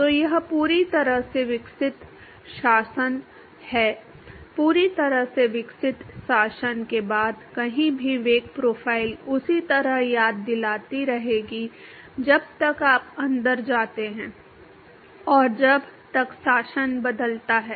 तो यह पूरी तरह से विकसित शासन है पूरी तरह से विकसित शासन के बाद कहीं भी वेग प्रोफ़ाइल उसी तरह याद दिलाती रहेगी जब तक आप अंदर जाते हैं और जब तक शासन बदलता है